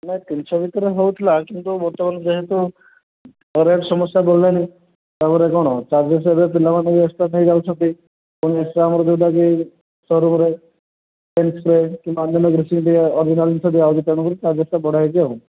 ନାଇଁ ତିନିଶହ ଭିତରେ ହଉଥିଲା କିନ୍ତୁ ବର୍ତ୍ତମାନ ଯେହେତୁ ରେଟ୍ ସମସ୍ୟା ବଢ଼ିଲାଣି ତା'ପରେ କ'ଣ ଚାର୍ଜେସ୍ ଏବେ ପିଲାମାନେ ବି ଏକ୍ସଟ୍ରା ନେଇଯାଉଛନ୍ତି ତେଣୁ ଏକ୍ସଟ୍ରା ଆମର ଯେଉଁଟାକି ସୋରୁମ୍ରେ କିମ୍ବା ଅନ୍ୟାନ୍ୟ ଅଧିକା ଜିନିଷ ଦିଆହେଉଛି ତେଣୁକରି ଚାର୍ଜେସ୍ଟା ବଢ଼ା ହୋଇଛି ଆଉ